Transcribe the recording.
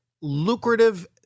lucrative